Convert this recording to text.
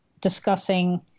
discussing